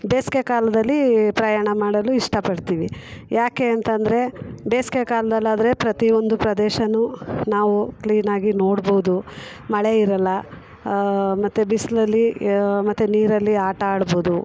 ಬೇಸ್ಗೆ ಕಾಲದಲ್ಲಿ ಪ್ರಯಾಣ ಮಾಡಲು ಇಷ್ಟ ಪಡ್ತೀವಿ ಯಾಕೆ ಅಂತ ಅಂದ್ರೆ ಬೇಸ್ಗೆ ಕಾಲದಲ್ಲಾದ್ರೆ ಪ್ರತಿ ಒಂದು ಪ್ರದೇಶವೂ ನಾವು ಕ್ಲೀನಾಗಿ ನೋಡ್ಬಹುದು ಮಳೆ ಇರೋಲ್ಲ ಮತ್ತು ಬಿಸಿಲಲ್ಲಿ ಮತ್ತೆ ನೀರಲ್ಲಿ ಆಟ ಆಡ್ಬೋದು